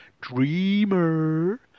Dreamer